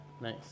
nice